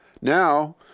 Now